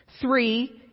Three